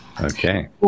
Okay